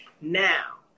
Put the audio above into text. Now